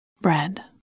Bread